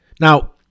Now